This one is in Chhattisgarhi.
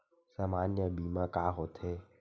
सामान्य बीमा का होथे?